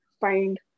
find